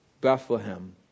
Bethlehem